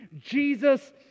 Jesus